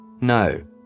No